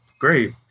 great